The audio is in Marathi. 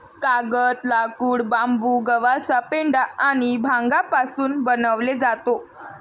कागद, लाकूड, बांबू, गव्हाचा पेंढा आणि भांगापासून बनवले जातो